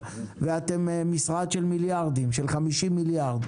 ואתם משרד של 50 מיליארד.